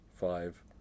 five